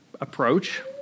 approach